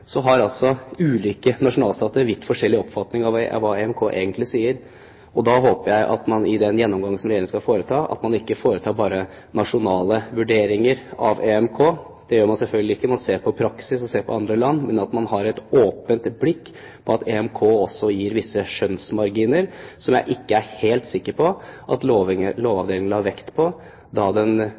så har ulike nasjonalstater vidt forskjellige oppfatninger av hva EMK egentlig sier. Derfor håper jeg at man i den gjennomgangen som Regjeringen skal foreta, ikke foretar bare nasjonale vurderinger av EMK – det gjør man selvfølgelig ikke, man ser på praksis, man ser på andre land – men at man har et åpent blikk for at EMK også gir visse skjønnsmarginer som jeg ikke er helt sikker på at Lovavdelingen la vekt på da den